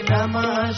Namah